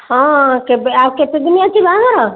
ହଁ କେବେ ଆଉ କେତେଦିନ ଅଛି ବାହାଘର